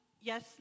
Yes